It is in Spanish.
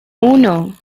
uno